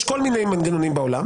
יש כל מיני מנגנונים בעולם.